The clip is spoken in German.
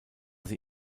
sie